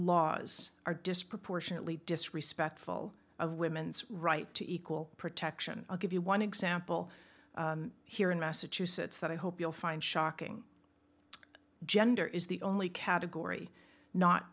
laws are disproportionately disrespectful of women's right to equal protection i'll give you one example here in massachusetts that i hope you'll find shocking gender is the only category not